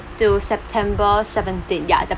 to september seventeen ya the